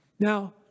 Now